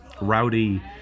rowdy